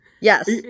yes